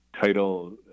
title